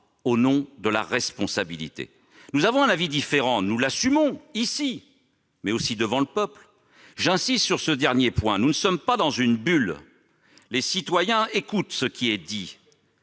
une mise au pas. Nous avons un avis différent. Nous l'assumons ici, mais aussi devant le peuple. J'insiste sur ce dernier point : nous ne sommes pas dans une bulle ; les citoyens écoutent ce qui est dit